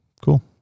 cool